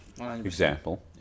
example